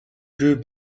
drew